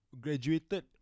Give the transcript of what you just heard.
graduated